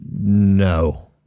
No